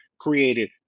created